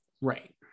right